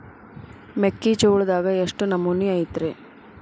ಮೆಕ್ಕಿಜೋಳದಾಗ ಎಷ್ಟು ನಮೂನಿ ಐತ್ರೇ?